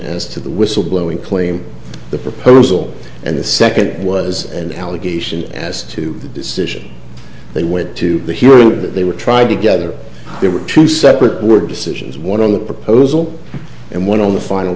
as to the whistle blowing claim the proposal and the second was an allegation as to the decision they went to the hearing that they were tried together there were two separate work decisions one on the proposal and one on the final